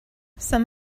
some